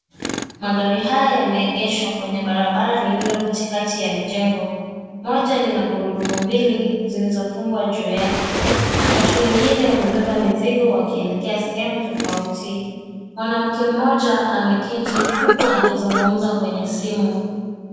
Magari haya yameegeshwa kwenye barabara lililo katikati ya mijengo. Moja lina gurudumu mbili zilizofungwa juu yake. Watu wengine wamebeba mizigo wakielekea sehemu tofauti. Mwanamke mmoja ameketi huku akizungumza kwenye simu.